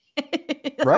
Right